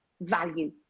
value